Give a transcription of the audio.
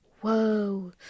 whoa